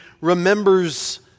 remembers